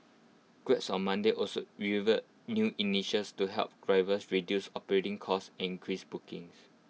grabs on Monday also new initials to help drivers reduce operating costs and increase bookings